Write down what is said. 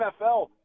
NFL